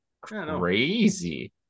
Crazy